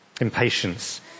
impatience